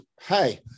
hey